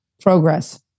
progress